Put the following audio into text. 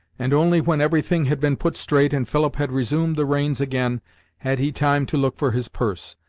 and only when everything had been put straight and philip had resumed the reins again had he time to look for his purse.